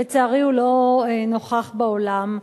לצערי, הוא לא נוכח באולם.